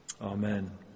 Amen